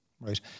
right